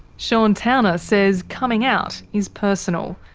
sean towner says coming out is personal,